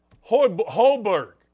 Holberg